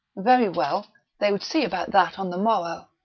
very well they would see about that on the morrow.